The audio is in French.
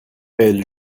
elle